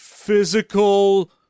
Physical